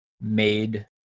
made